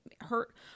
hurt